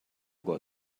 got